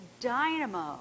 dynamo